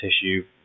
tissue